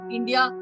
India